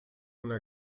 una